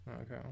okay